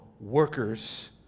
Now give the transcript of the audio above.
workers